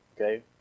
Okay